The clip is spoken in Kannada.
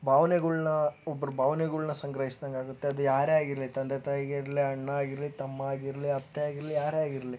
ಭಾವೆನೆಗಳನ್ನ ಒಬ್ರ ಭಾವೆನೆಗಳನ್ನ ಸಂಗ್ರಹಿಸಿದಂಗಾಗುತ್ತೆ ಅದು ಯಾರೇ ಆಗಿರಲಿ ತಂದೆ ತಾಯಿಗಿರಲಿ ಅಣ್ಣ ಆಗಿರಲಿ ತಮ್ಮ ಆಗಿರಲಿ ಅತ್ತೆ ಆಗಿರಲಿ ಯಾರೇ ಆಗಿರಲಿ